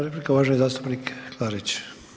Replika uvaženi zastupnik Klarić.